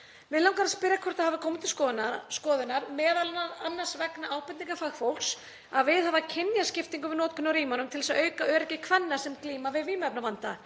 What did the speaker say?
Mig langar að spyrja hvort það hafi komið til skoðunar, m.a. vegna ábendinga fagfólks, að viðhafa kynjaskiptingu við notkun á rýmunum til þess að auka öryggi kvenna sem glíma við vímuefnavanda,